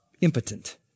impotent